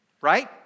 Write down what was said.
Right